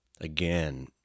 again